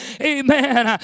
amen